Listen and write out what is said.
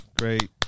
Great